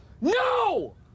No